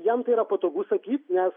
jam yra patogu sakyti nes